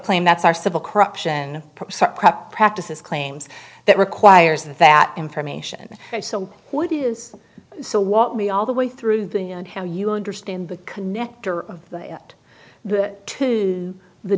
claim that's our civil corruption practices claims that requires that information so what is so what we all the way through the and how you understand the connector of the two the